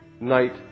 night